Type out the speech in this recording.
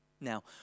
Now